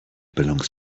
belongs